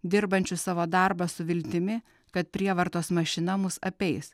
dirbančių savo darbą su viltimi kad prievartos mašina mus apeis